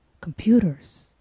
computers